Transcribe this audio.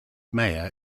mayor